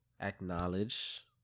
acknowledge